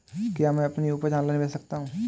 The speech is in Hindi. क्या मैं अपनी उपज ऑनलाइन बेच सकता हूँ?